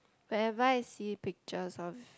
whenever I see pictures of